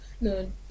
no